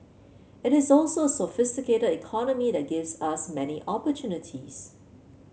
it is also a sophisticated economy that gives us many opportunities